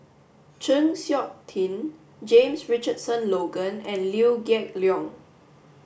Chng Seok Tin James Richardson Logan and Liew Geok Leong